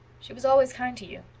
she was always kind to you.